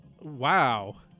Wow